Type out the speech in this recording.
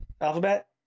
Alphabet